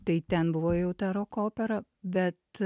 tai ten buvo jau ta roko opera bet